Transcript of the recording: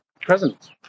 Present